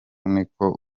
niko